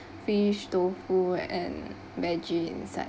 fish tofu and veggie side